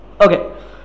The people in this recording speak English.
Okay